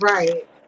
Right